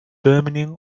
dreaming